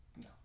no